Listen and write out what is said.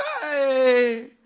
Hey